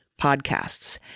podcasts